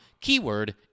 keyword